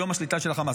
היום השליטה של החמאס.